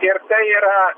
ir yra